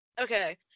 okay